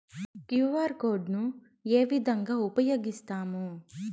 QR code ను ఏ విధంగా ఉపయగిస్తాము?